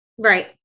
Right